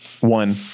One